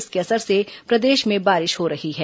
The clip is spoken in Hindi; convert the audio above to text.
इसके असर से प्रदेश में बारिश हो रही है